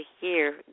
hear